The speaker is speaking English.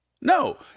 no